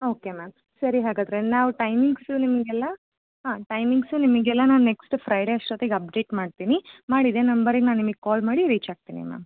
okay ma'am ಸರಿ ಹಾಗಾದರೆ ನಾವು ಟೈಮಿಂಗ್ಸು ನಿಮಗೆಲ್ಲ ಹಾಂ ಟೈಮಿಂಗ್ಸು ನಿಮಗೆಲ್ಲ ನಾನು ನೆಕ್ಸ್ಟ್ ಫ್ರೈಡೇ ಅಷ್ಟೊತ್ತಿಗೆ ಅಪ್ಡೇಟ್ ಮಾಡ್ತೀನಿ ಮಾಡಿ ಇದೇ ನಂಬರಿಗೆ ನಾನು ನಿಮಗೆ ಕಾಲ್ ಮಾಡಿ ರೀಚಾಗ್ತೀನಿ ಮ್ಯಾಮ್